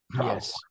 Yes